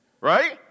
right